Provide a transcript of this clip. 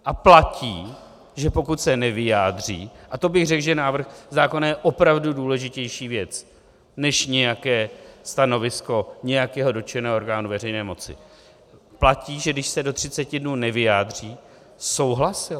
A platí, že pokud se nevyjádří, a řekl bych, že návrh zákona je opravdu důležitější věc než nějaké stanovisko nějakého dotčeného orgánu veřejné moci, platí, že když se do 30 dnů nevyjádří, souhlasila.